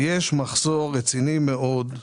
כן, יש מחסור רציני מאוד.